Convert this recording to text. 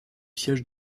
siège